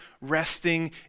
resting